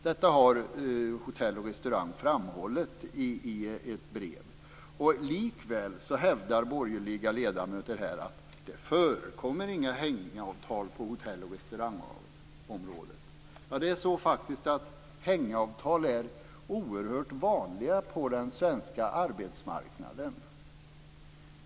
Detta har Hotell och Restaurang framhållit i ett brev. Likväl hävdar borgerliga ledamöter här att det inte förekommer några hängavtal på hotell och restaurangområdet. Det är faktiskt så att hängavtal är oerhört vanliga på den svenska arbetsmarknaden.